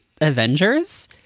Avengers